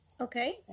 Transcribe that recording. Okay